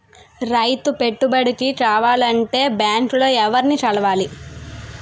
రైతు పెట్టుబడికి కావాలంటే బ్యాంక్ లో ఎవరిని కలవాలి?